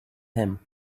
him